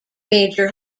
major